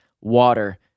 Water